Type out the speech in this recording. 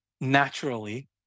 naturally